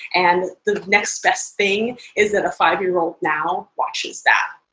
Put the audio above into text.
and the next best thing is that a five year old now watches that,